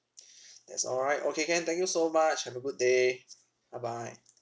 that's all right okay can thank you so much have a good day bye bye